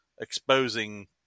exposing